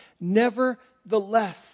Nevertheless